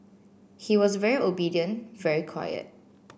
he was very obedient very quiet